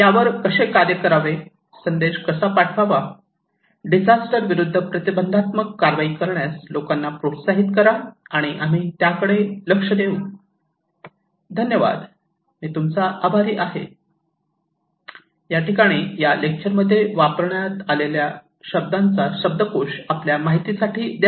यावर कसे कार्य करावे संदेश कसा पाठवायचा डिजास्टर विरूद्ध प्रतिबंधात्मक कारवाई करण्यास लोकांना प्रोत्साहित करा आणि आम्ही त्याकडे लक्ष देऊ